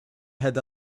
had